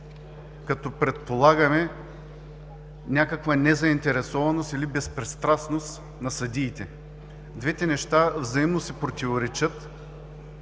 като предполагаме някаква незаинтересованост или безпристрастност на съдиите. Двете неща взаимно си противоречат